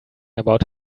about